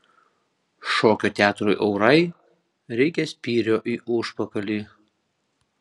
šokio teatrui aurai reikia spyrio į užpakalį